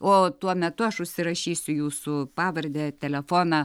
o tuo metu aš užsirašysiu jūsų pavardę telefoną